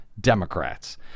Democrats